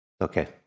Okay